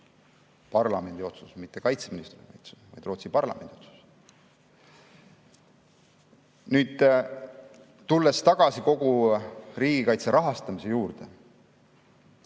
parlamendi otsus olemas. Mitte kaitseministri, vaid Rootsi parlamendi otsus! Nüüd, tulles tagasi kogu riigikaitse rahastamise juurde,